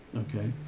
okay.